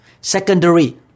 Secondary